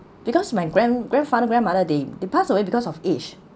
because my grand grandfather grandmother they they pass away because of age